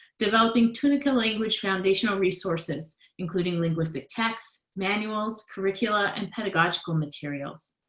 developing tunica language foundational resources including linguistic texts, manuals, curricula and pedagogical materials.